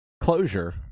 closure